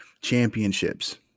championships